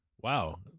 Wow